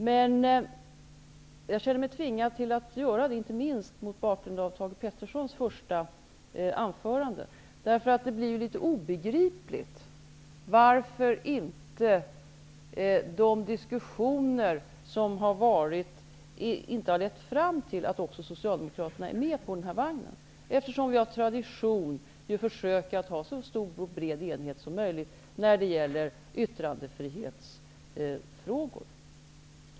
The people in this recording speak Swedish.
Men jag känner mig tvingad att göra det, inte minst mot bakgrund av Thage G Petersons första anförande, för det blir ju litet svårbegripligt varför de diskussioner som förts inte har lett fram till att också Socialdemokraterna ''är med på vagnen''. Av tradition försöker vi ju uppnå så stor och bred enighet som möjligt i yttrandefrihetsfrågor.